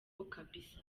kabisa